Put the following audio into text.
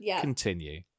continue